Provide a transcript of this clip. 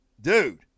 Dude